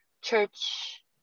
church